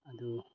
ꯑꯗꯨ